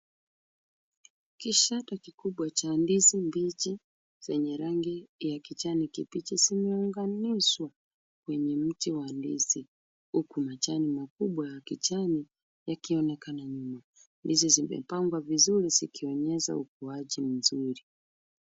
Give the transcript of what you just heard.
Kishada kikubwa cha ndizi mbichi zenye rangi ya kijani kibichi, zimeunganishwa kwenye mti wa ndizi, huku majani makubwa ya kijani yakionekana nyuma. Ndizi zimepangwa vizuri zikionyesha ukuaji mzuri.